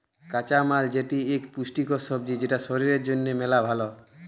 কাঁচা কলা যেটি ইক পুষ্টিকর সবজি যেটা শরীর জনহে মেলা ভাল